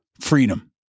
Freedom